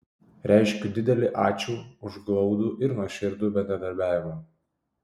reiškiu didelį ačiū už glaudų ir nuoširdų bendradarbiavimą